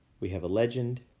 we have a legend.